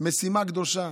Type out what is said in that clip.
קדושה